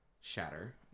shatter